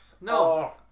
No